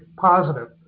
positive